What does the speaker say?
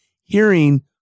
hearing